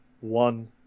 One